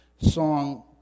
song